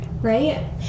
Right